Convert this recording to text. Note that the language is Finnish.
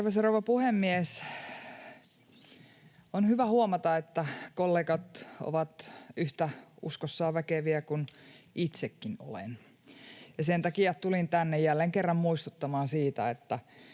rouva puhemies! On hyvä huomata, että kollegat ovat yhtä uskossaan väkeviä kun itsekin olen. Sen takia tulin tänne jälleen kerran muistuttamaan siitä,